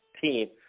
team